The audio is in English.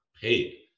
paid